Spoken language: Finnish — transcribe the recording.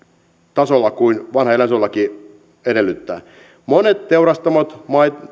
tasolla kuin vanha eläinsuojelulaki edellyttää monet teurastamot